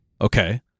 Okay